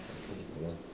okay hold on